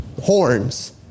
horns